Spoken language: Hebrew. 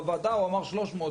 בוועדה הוא אמר 300,